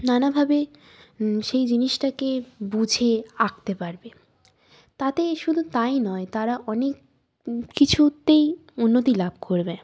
নানাভাবে সেই জিনিসটাকে বুঝে আঁকতে পারবে তাতে শুধু তাই নয় তারা অনেক কিছুতেই উন্নতি লাভ করবে